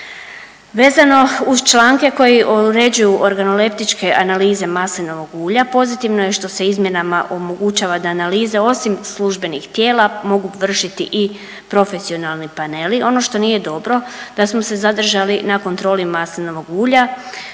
Vezano uzu članke koji uređuju organoleptičke analize maslinovog ulja pozitivno je što se izmjenama omogućava da analize osim službenih tijela mogu vršiti i profesionalni paneli. Ono što nije dobro da smo se zadržali na kontroli maslinovog ulja,